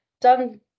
done